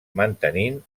mantenint